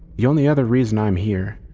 the only other reason i'm here,